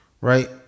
right